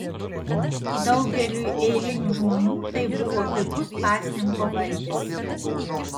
daugeliui eilinių žmonių tai buvo pigus pasninko valgis